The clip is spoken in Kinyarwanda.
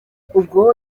ubwo